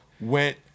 Went